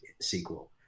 Sequel